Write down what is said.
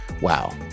Wow